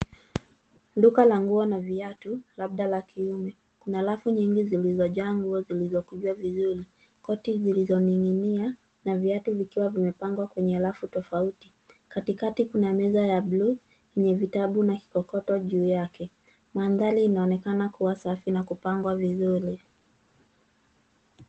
Duka la nguo na viatu, labda la kiume. Kuna rafu nyingi zilizojaa nguo zilizokunjwa vizuri. Koti zilizoning'inia na vyatu vikiwa mepangwa kwenye rafu tofauti. Katikati kuna meza ya buluu yenye vitabu na kikokoto juu yake. Mandhari inaonekana kuwa safi na kupangwa vizuri.